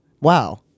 Wow